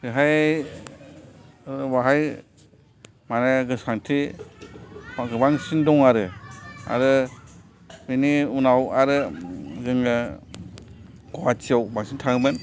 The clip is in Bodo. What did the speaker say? बेहाय बेहाय माने गोसोखांथि गोबांसिन दं आरो आरो बेनि उनाव आरो जोङो गुवाहाटीयाव बांसिन थाङोमोन